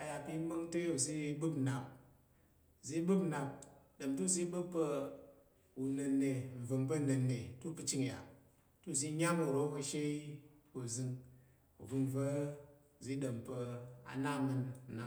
a ya pe i ma̱mg ɗom te uzi ɓa̱p pa unənna̱n nva̱ng oro ka̱she yi pa zəng uvəng va̱ uzi ɗom pa̱ a na ama̱n nnap-nlà